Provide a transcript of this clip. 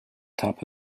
top